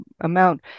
amount